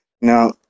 Now